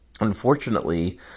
unfortunately